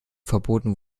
verboten